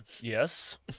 yes